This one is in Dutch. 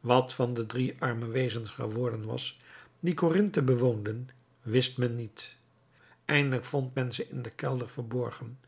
wat van de drie arme wezens geworden was die corinthe bewoonden wist men niet eindelijk vond men ze in den kelder verborgen